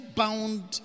bound